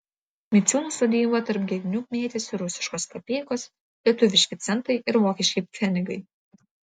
miciūnų sodyboje tarp gegnių mėtėsi rusiškos kapeikos lietuviški centai ir vokiški pfenigai